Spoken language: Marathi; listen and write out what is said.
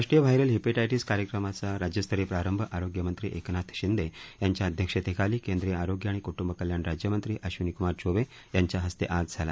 राष्ट्रीय व्हायरल हिपेटायटिस कार्यक्रमाचा राज्यस्तरीय प्रारंभ आरोग्यमंत्री एकनाथ शिंदे यांच्या अध्यक्षतेखाली केंद्रीय आरोग्य आणि क्टुंब कल्याण राज्यमंत्री अश्विनीक्मार चौबे यांच्या हस्ते आज मुंबईत झाला